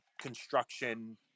construction